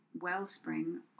wellspring